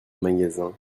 magasin